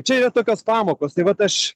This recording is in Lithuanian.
čia yra tokios pamokos tai vat aš